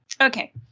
Okay